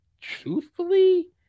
truthfully